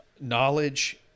knowledge